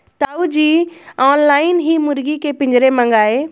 ताऊ जी ने ऑनलाइन ही मुर्गी के पिंजरे मंगाए